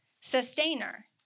sustainer